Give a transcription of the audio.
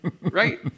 Right